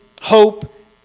Hope